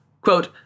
Quote